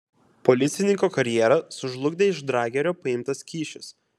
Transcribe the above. policininko karjerą sužlugdė iš dragerio paimtas kyšis